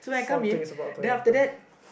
something is about to happen